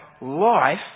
life